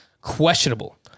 questionable